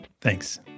Thanks